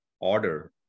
order